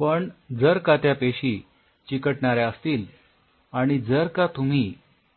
पण जर का त्या पेशी चिकटणाऱ्या असतील आणि जर का तुम्ही